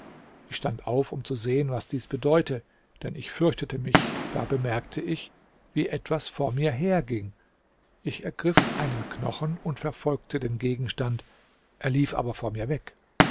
ich stand auf um zu sehen was dies bedeute denn ich fürchtete mich da bemerkte ich wie etwas vor mir herging ich ergriff einen knochen und verfolgte den gegenstand er lief aber vor mir weg